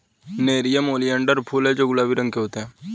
nerium oleander फूल हैं जो गुलाबी रंग के होते हैं